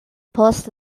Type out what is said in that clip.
post